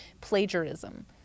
plagiarism